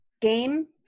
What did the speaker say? Game